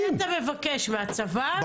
ממי אתה מבקש, מהצבא?